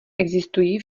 existují